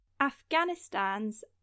Afghanistan's